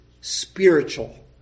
spiritual